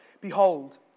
Behold